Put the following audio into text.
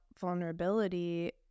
vulnerability